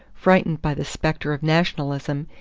frightened by the specter of nationalism,